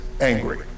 angry